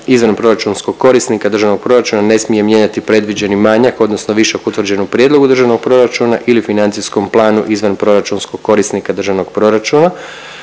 izvanproračunskog korisnika državnog proračuna ne smije mijenjati predviđeni manjak odnosno višak utvrđen u prijedlogu državnog proračuna ili financijskom planu izvanproračunskog korisnika državnog proračuna.